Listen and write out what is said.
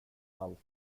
allt